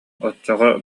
оччоҕо